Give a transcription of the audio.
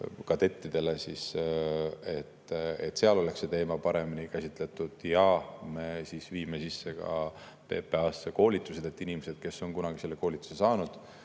kadettidele, et seal oleks see teema paremini käsitletud. Me viime PPA‑sse sisse ka koolitused, et inimestele, kes on kunagi selle koolituse saanud,